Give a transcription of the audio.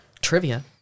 Trivia